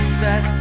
set